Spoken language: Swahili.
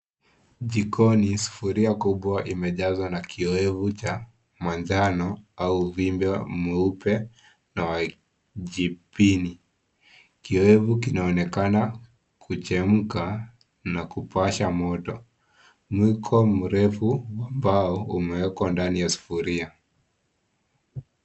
Jikoni sufuria kubwa imejazwa na kiowevu cha manjano au uvimbe mweupe na majipini ,kiowevu kinaonekana kuchemka na kupasha moto mwiko mrefu wa mbao umewekwa ndani ya sufuria.